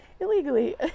illegally